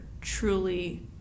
truly